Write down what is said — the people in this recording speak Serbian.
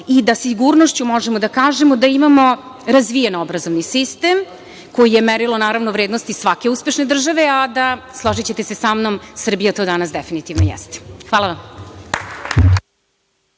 i da sa sigurnošću možemo da kažemo da imamo razvijen obrazovni sistem, koji je merilo vrednosti svake uspešne države, a da, složićete se sa mnom, Srbija to danas definitivno jeste. Hvala vam.